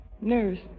Nurse